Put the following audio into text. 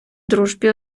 дружбі